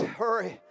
hurry